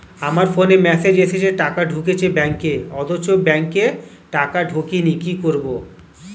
আমার ফোনে মেসেজ এসেছে টাকা ঢুকেছে ব্যাঙ্কে অথচ ব্যাংকে টাকা ঢোকেনি কি করবো?